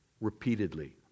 Repeatedly